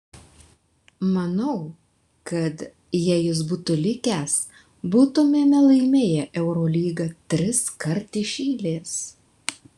manau kad jei jis būtų likęs būtumėme laimėję eurolygą triskart iš eilės